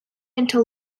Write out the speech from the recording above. into